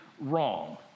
wrong